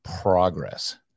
progress